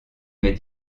mais